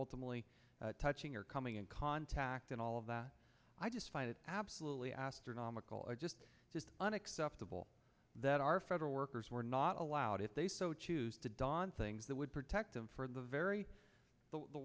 ultimately touching or coming in contact and all of that i just find it absolutely astronomical or just unacceptable that our federal workers were not allowed if they so choose to dawn things that would protect them from the very